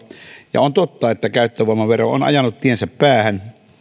ja on totta että käyttövoimavero on ajanut tiensä päähän